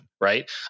right